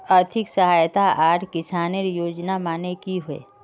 आर्थिक सहायता आर किसानेर योजना माने की होय?